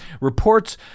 reports